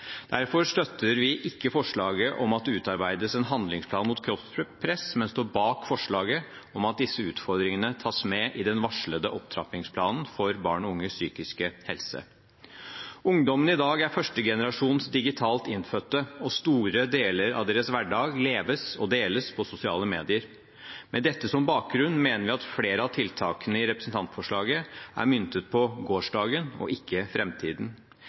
Derfor støtter vi ikke forslaget om at det utarbeides en handlingsplan mot kroppspress, men står bak forslaget om at disse utfordringene tas med i den varslede opptrappingsplanen for barn og unges psykiske helse. Ungdommen i dag er første generasjon digitalt innfødte, og store deler av deres hverdag leves og deles på sosiale medier. Med dette som bakgrunn mener vi at flere av tiltakene i representantforslaget er myntet på gårsdagen og ikke